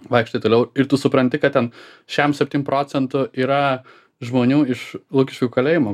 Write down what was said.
vaikštai toliau ir tu supranti kad ten šem septym procentų yra žmonių iš lukiškių kalėjimo